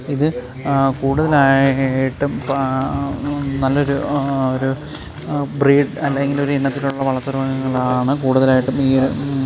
ഇത് കൂടുതലായിട്ടും നല്ല ഒരു ഒരു ബ്രീഡ് അല്ലെങ്കിൽ ഒരു ഇനത്തിലോട്ടുള്ള വളർത്തു മൃഗങ്ങളാണ് കൂടുതലായിട്ടും ഈ